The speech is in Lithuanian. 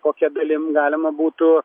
kokia dalim galima būtų